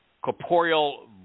corporeal